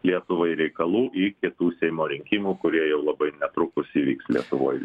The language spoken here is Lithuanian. lietuvai reikalų iki tų seimo rinkimų kurie jau labai netrukus įvyks lietuvoj